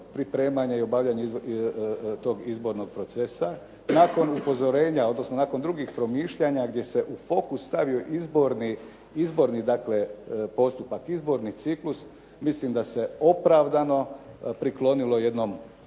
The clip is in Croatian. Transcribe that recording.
pripremanja i obavljanja tog izbornog procesa. Nakon upozorenja, odnosno nakon drugih promišljanja gdje se u fokus stavio izborni dakle postupak, izborni ciklus mislim da se opravdano priklonilo jednom